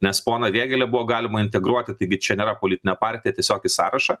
nes poną vėgėlę buvo galima integruoti taigi čia nėra politinė partija tiesiog į sąrašą